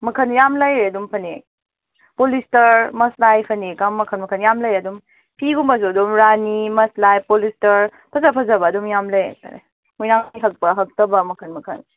ꯃꯈꯟ ꯌꯥꯝ ꯂꯩꯔꯦ ꯑꯗꯨꯝ ꯐꯅꯦꯛ ꯄꯣꯂꯤꯁꯇꯔ ꯃꯁꯂꯥꯏ ꯐꯅꯦꯛꯀ ꯃꯈꯟ ꯃꯈꯟ ꯌꯥꯝ ꯂꯩꯔꯦ ꯑꯗꯨꯝ ꯐꯤꯒꯨꯝꯕꯁꯨ ꯑꯗꯨꯝ ꯔꯥꯅꯤ ꯃꯁꯂꯥꯏ ꯄꯣꯂꯤꯁꯇꯔ ꯐꯖ ꯐꯖꯕ ꯑꯗꯨꯝ ꯌꯥꯝ ꯂꯩꯔꯦ ꯍꯥꯏꯇꯥꯔꯦ ꯃꯣꯏꯔꯥꯡ ꯐꯤ ꯍꯛꯄ ꯍꯛꯇꯕ ꯃꯈꯟ ꯃꯈꯟ